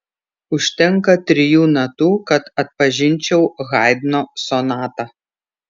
užtenka trijų natų kad atpažinčiau haidno sonatą